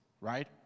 Right